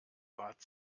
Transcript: bat